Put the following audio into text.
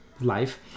Life